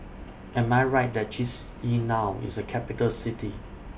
Am I Right that Chisinau IS A Capital City